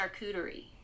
charcuterie